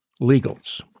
legals